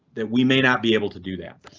that we may not be able to do that,